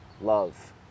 love